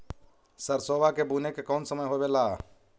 सरसोबा के बुने के कौन समय होबे ला?